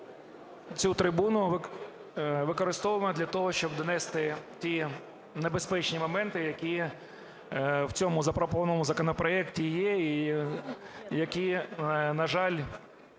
цю трибуну використовуємо для того, щоб донести ті небезпечні моменти, які в цьому запропонованому законопроекті є і які, на жаль,